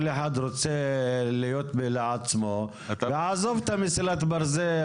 כל אחד רוצה להיות לעצמו, ועזוב את מסילת הברזל.